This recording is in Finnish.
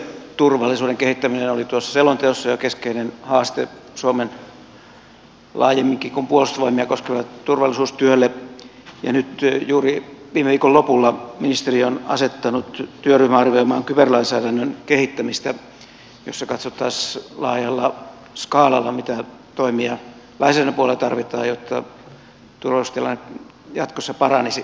kyberturvallisuuden kehittäminen oli tuossa selonteossa jo keskeinen haaste suomen laajemminkin kuin puolustusvoimia koskevalle turvallisuustyölle ja nyt juuri viime viikon lopulla ministeri on asettanut työryhmän arvioimaan kyberlainsäädännön kehittämistä jossa katsottaisiin laajalla skaalalla mitä toimia lainsäädännön puolella tarvitaan jotta turvallisuustilanne jatkossa paranisi